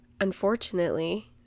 unfortunately